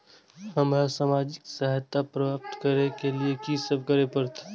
हमरा सामाजिक सहायता प्राप्त करय के लिए की सब करे परतै?